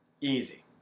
easy